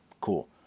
cool